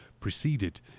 preceded